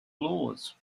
laws